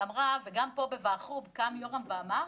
וגם פה בוועדת החוץ והביטחון קם יורם ואמר,